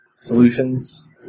Solutions